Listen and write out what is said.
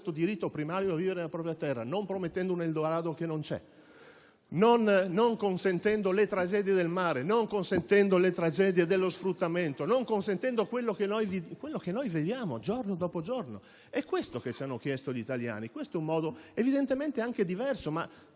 diritto primario a vivere nella propria terra e non promettendo un Eldorado che non c'è, non consentendo le tragedie del mare, non consentendo le tragedie dello sfruttamento, non consentendo quello che vediamo, giorno dopo giorno. È questo che ci hanno chiesto gli italiani. Questo è un modo evidentemente anche diverso.